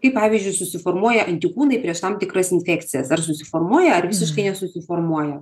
kaip pavyzdžiui susiformuoja antikūnai prieš tam tikras infekcijas ar susiformuoja ar visiškai nesusiformuoja